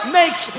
makes